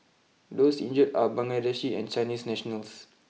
those injured are Bangladeshi and Chinese nationals